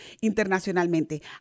internacionalmente